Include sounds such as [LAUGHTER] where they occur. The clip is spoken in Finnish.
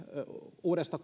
uudesta [UNINTELLIGIBLE]